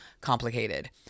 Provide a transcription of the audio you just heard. complicated